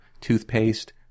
toothpaste